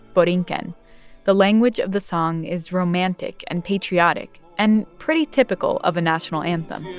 borinquen. the language of the song is romantic and patriotic and pretty typical of a national anthem